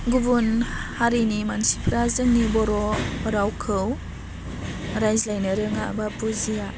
गुबुन हारिनि मानसिफ्रा जोंनि बर' रावखौ रायज्लायनो रोङा बा बुजिया